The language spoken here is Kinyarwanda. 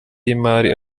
y’imari